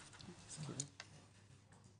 קודם כל דיון מאוד חשוב ויישר כוח על העלאת הנושא.